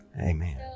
Amen